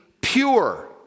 pure